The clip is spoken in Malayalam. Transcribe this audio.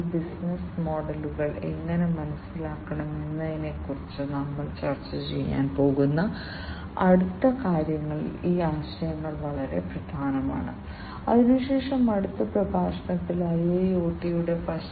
ഈ സെൻസറുകൾ തന്നെ നിങ്ങൾക്ക് ആവർത്തിക്കാനും സ്കെയിൽ അപ്പ് ചെയ്യാനും ആഗ്രഹിക്കുന്നുവെങ്കിൽ നിങ്ങൾക്ക് ഇവ വളരെ വിലകുറഞ്ഞതായിരിക്കണം